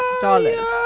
dollars